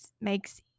makes